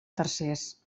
tercers